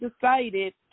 decided